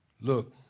look